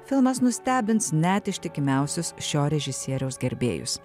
filmas nustebins net ištikimiausius šio režisieriaus gerbėjus